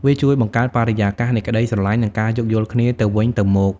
វាជួយបង្កើតបរិយាកាសនៃក្ដីស្រឡាញ់ និងការយោគយល់គ្នាទៅវិញទៅមក។